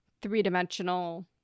three-dimensional